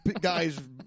guys